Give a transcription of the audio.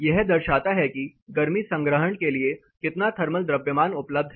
यह दर्शाता है कि गर्मी संग्रहण के लिए कितना थर्मल द्रव्यमान उपलब्ध है